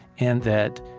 and that